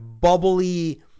bubbly